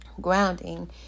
Grounding